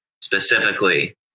specifically